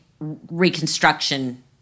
Reconstruction